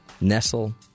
nestle